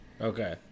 okay